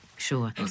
Sure